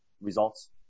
results